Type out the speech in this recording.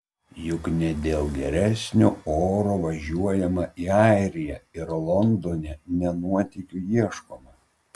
juk ne dėl geresnio oro važiuojama į airiją ir londone ne nuotykių ieškoma